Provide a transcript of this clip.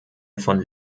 von